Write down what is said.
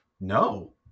No